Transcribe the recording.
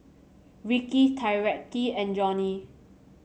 Ricci Tyreke and Johnnie